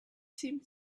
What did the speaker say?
seemed